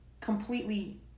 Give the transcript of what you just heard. completely